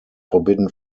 forbidden